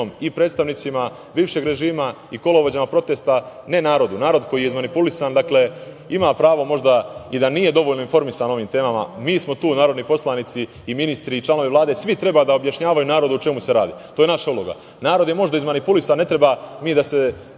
i predstavnicima bivšeg režima i kolovođama protesta, ne narodu, narod koji je izmanipulisan ima pravo možda i da nije dovoljno informisan o ovim temama, mi smo tu narodni poslanici i ministri i članovi Vlade, svi treba da objašnjavaju narodu o čemu se radi. To je naša uloga. Narod je možda izmanipulisan, ne treba mi da se